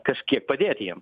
kažkiek padėti jiem